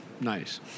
Nice